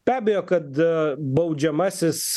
be abejo kad baudžiamasis